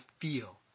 feel